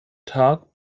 tag